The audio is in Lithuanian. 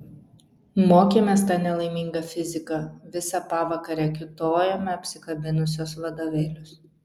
mokėmės tą nelaimingą fiziką visą pavakarę kiūtojome apsikabinusios vadovėlius